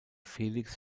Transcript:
felix